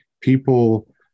People